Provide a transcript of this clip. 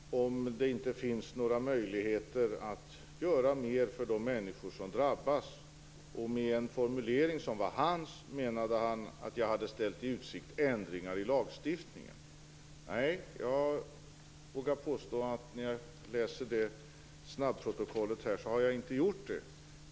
Fru talman! Göthe Knutson frågar om det inte finns några möjligheter att göra mer för de människor som drabbas. Med en formulering som var hans menade han att jag hade ställt i utsikt ändringar i lagstiftningen. Nej, jag vågar påstå att snabbprotokollet kommer att visa att jag inte har gjort det.